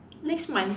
next month